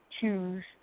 choose